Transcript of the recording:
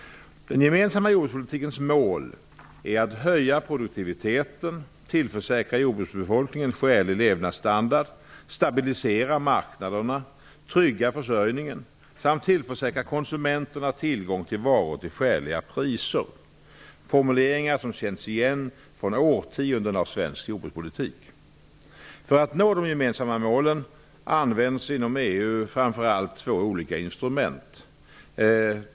Den gemensamma jordbrukspolitikens mål är att höja produktiviteten, tillförsäkra jordbruksbefolkningen skälig levnadsstandard, stabilisera marknaderna, trygga försörjningen samt tillförsäkra komsumenterna tillgång till varor till skäliga priser. Det är formuleringar som känns igen från årtionden av svensk jordbrukspolitik. För att nå de gemensamma målen används inom EU framför allt två olika instrument.